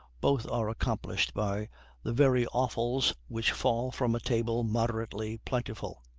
both are accomplished by the very offals which fall from a table moderately plentiful.